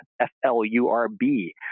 F-L-U-R-B